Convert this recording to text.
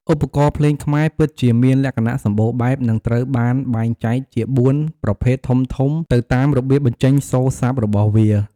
ឧបករណ៍ភ្លេងខ្មែរ ពិតជាមានលក្ខណៈសម្បូរបែប និងត្រូវបានបែងចែកជា ៤ ប្រភេទធំៗទៅតាមរបៀបបញ្ចេញសូរស័ព្ទរបស់វា។